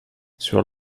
sur